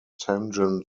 tangent